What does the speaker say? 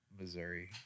Missouri